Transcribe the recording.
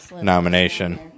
nomination